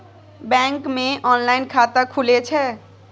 Bank मे online खाता खुले छै?